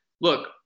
look